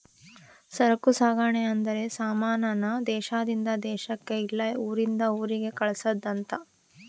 ಸರಕು ಸಾಗಣೆ ಅಂದ್ರೆ ಸಮಾನ ನ ದೇಶಾದಿಂದ ದೇಶಕ್ ಇಲ್ಲ ಊರಿಂದ ಊರಿಗೆ ಕಳ್ಸದ್ ಅಂತ